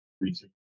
research